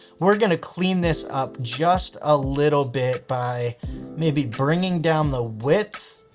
we're going to clean this up just a little bit by maybe bringing down the width